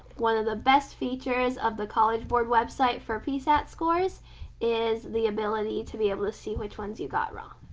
one of the best features of the college board website for psat scores is the ability to be able to see which ones you got wrong,